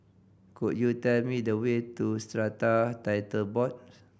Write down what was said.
could you tell me the way to Strata Title Board